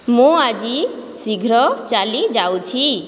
ମୁଁ ଆଜି ଶୀଘ୍ର ଚାଲିଯାଉଛି